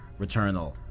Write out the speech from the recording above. Returnal